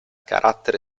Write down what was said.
carattere